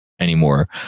Anymore